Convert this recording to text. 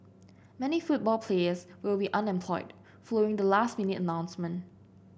many football players will be unemployed following the last minute announcement